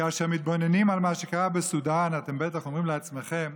כאשר מתבוננים על מה שקרה בסודאן אתם בטח אומרים לעצמכם: